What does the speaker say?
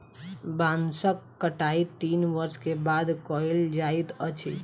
बांसक कटाई तीन वर्ष के बाद कयल जाइत अछि